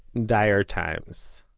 dire times,